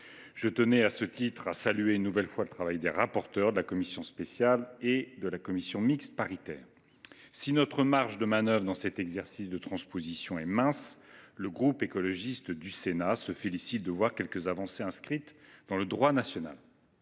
européenne. Je tiens une nouvelle fois à saluer le travail des rapporteurs de la commission spéciale et de la commission mixte paritaire. Si notre marge de manœuvre dans cet exercice de transposition est mince, le groupe écologiste du Sénat se félicite de voir quelques avancées inscrites dans le droit national.